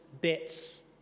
bits